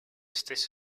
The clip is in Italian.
stesse